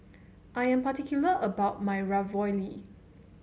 I am particular about my Ravioli